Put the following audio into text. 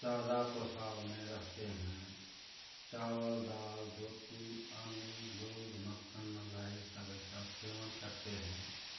जादा पोशाक में रहते हैं चावल दाल रोटी अन्न दूध मक्खन मलाई सब ये सब सेवन करते हैं